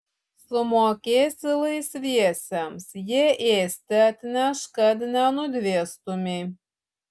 sumokėsi laisviesiems jie ėsti atneš kad nenudvėstumei